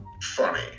funny